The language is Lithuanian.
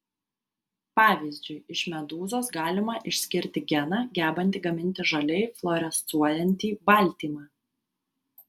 pavyzdžiui iš medūzos galima išskirti geną gebantį gaminti žaliai fluorescuojantį baltymą